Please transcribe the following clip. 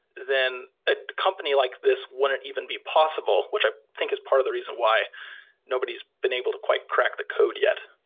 then a company like this wouldn't even be possible, which i think is part of the reason why nobody's been able to quite crack the code yet.